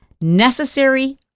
necessary